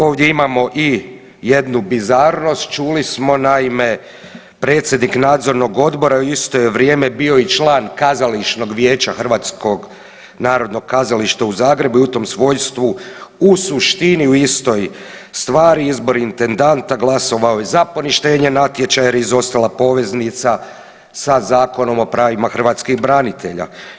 Ovdje imamo i jednu bizarnost, čuli smo naime predsjednik nadzornog odbora u isto je vrijeme bio i član kazališnog vijeća HNK u Zagrebu i u tom svojstvu u suštini u istoj stvari izbor intendanta glasovao je za poništenje natječaja jer je izostala poveznica sa Zakonom o pravima hrvatskih branitelja.